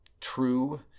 true